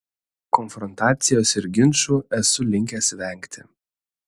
konfrontacijos ir ginčų esu linkęs vengti